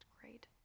great